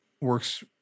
works